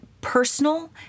personal